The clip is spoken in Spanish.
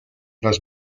los